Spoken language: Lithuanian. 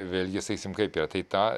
vėlgi sakysim kaip yra tai tą